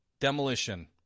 demolition